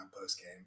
post-game